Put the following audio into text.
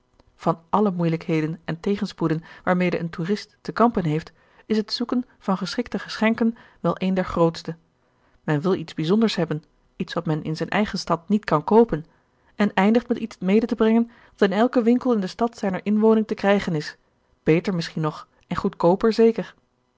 van alle moeielijkheden en tegenspoeden waarmede een toerist te kampen heeft is het zoeken van geschikte geschenken wel een der grootste men wil iets bijzonders hebben iets wat men in zijn eigen stad niet kan koopen en eindigt met iets mede te brengen dat in elken winkel in de stad zijner inwoning te krijgen is beter misschien nog en goedkooper zeker